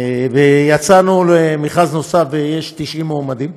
יצאנו למכרז נוסף, ויש 90 מועמדים.